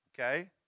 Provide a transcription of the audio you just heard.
Okay